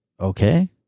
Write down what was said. okay